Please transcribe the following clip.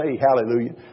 hallelujah